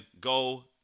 go